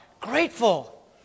grateful